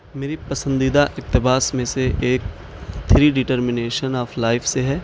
میری پسندیدہ اقتباس میں سے ایک تھری ڈٹرمنیشن آف لائف سے ہے